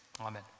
Amen